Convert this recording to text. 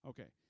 Okay